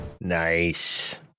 Nice